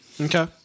Okay